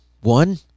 One